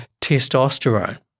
testosterone